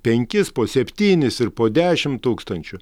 penkis po septynis ir po dešimt tūkstančių